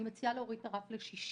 אני מציעה להוריד את הרף ל-60,